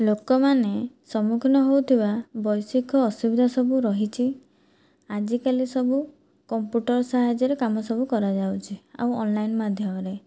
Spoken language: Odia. ଲୋକମାନେ ସମ୍ମୁଖୀନ ହେଉଥିବା ବୈଷୟିକ ଅସୁବିଧା ସବୁ ରହିଛି ଆଜିକାଲି ସବୁ କମ୍ପ୍ୟୁଟର ସାହାଯ୍ୟରେ କାମ ସବୁ କରାଯାଉଛି ଆଉ ଅନ୍ଲାଇନ୍ ମାଧ୍ୟମରେ